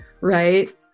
right